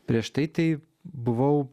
prieš tai buvau